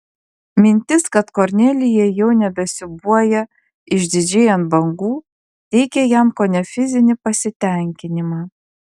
mintis kad kornelija jau nebesiūbuoja išdidžiai ant bangų teikė jam kone fizinį pasitenkinimą